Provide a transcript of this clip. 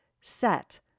set